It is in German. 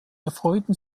erfreuten